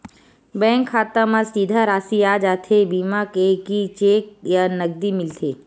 Bank खाता मा सीधा राशि आ जाथे बीमा के कि चेक या नकदी मिलथे?